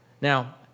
Now